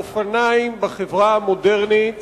אופניים בחברה המודרנית